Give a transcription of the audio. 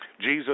Jesus